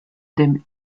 dem